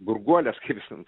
gurguoles kaip jos ten